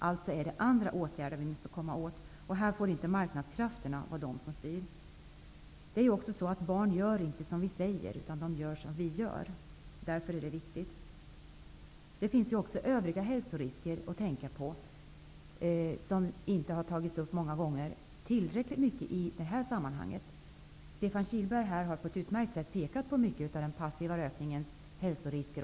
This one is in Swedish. Det är alltså andra åtgärder som måste till, och då får inte marknadskrafterna styra. Barn gör inte som vi säger utan som vi gör. Därför är förebilderna viktiga. Det finns också andra hälsorisker att tänka på -- sådana som inte har tagits upp tillräckligt många gånger i det här sammanhanget. Stefan Kihlberg har på ett utmärkt sätt pekat på mycket av den passiva rökningens hälsorisker.